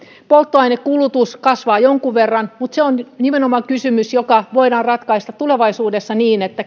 polttoainekulutus kasvaa jonkun verran mutta se on nimenomaan kysymys joka voidaan ratkaista tulevaisuudessa niin että